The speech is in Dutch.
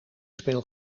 speel